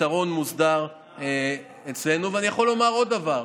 לפתרון מוסדר אצלנו, ואני יכול לומר עוד דבר,